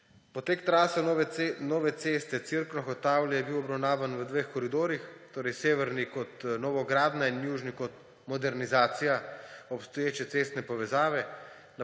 Potek trase nove ceste Cerkno–Hotavlje je bil obravnavan v dveh koridorjih, torej severni kot novogradnja in južni kot modernizacija obstoječe cestne povezave.